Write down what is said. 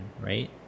right